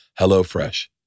HelloFresh